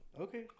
Okay